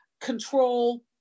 control